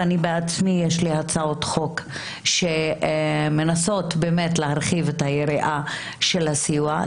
ובעצמי יש לי הצעות חוק שמנסות להרחיב את היריעה של הסיוע.